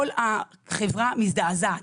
כל החברה מזדעזעת.